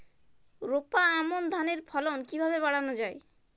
রোপা আমন ধানের ফলন কিভাবে বাড়ানো যায়?